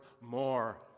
more